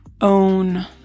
own